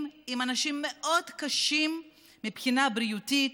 עם אנשים מאוד קשים מבחינה בריאותית,